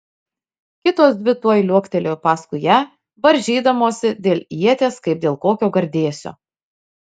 kitos dvi tuoj liuoktelėjo paskui ją varžydamosi dėl ieties kaip dėl kokio gardėsio